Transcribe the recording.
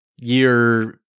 year